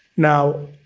now,